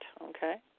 okay